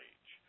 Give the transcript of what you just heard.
Age